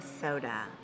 Soda